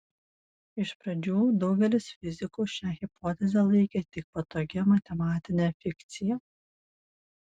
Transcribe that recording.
iš pradžių daugelis fizikų šią hipotezę laikė tik patogia matematine fikcija